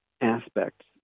aspects